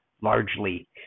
largely